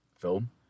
film